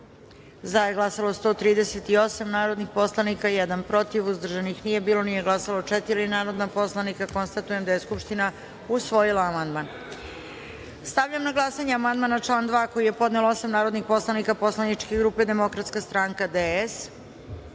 Za je glasalo 138 narodnih poslanika, jedan – protiv, uzdržanih – nije bilo, nije glasalo četiri narodna poslanika. Konstatujem da je Skupština usvojila amandman. Stavljam na glasanje amandman na član 2. koji je podnelo osam narodnih poslanika Poslaničke grupe Demokratska stranka –